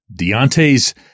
Deontay's